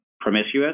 promiscuous